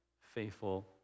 faithful